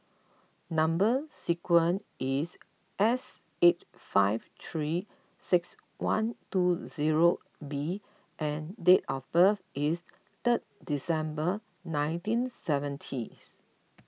Number Sequence is S eight five three six one two zero B and date of birth is third December nineteen seventies